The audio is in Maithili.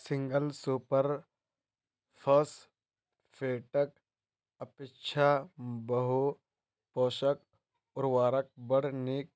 सिंगल सुपर फौसफेटक अपेक्षा बहु पोषक उर्वरक बड़ नीक